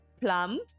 Plum